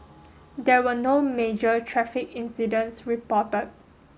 there were no major traffic incidents reported